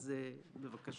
בבקשה.